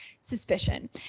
suspicion